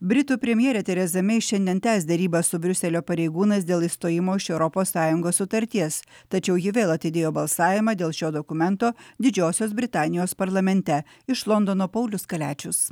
britų premjerė tereza mei šiandien tęs derybas su briuselio pareigūnais dėl išstojimo iš europos sąjungos sutarties tačiau ji vėl atidėjo balsavimą dėl šio dokumento didžiosios britanijos parlamente iš londono paulius kaliačius